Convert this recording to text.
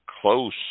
close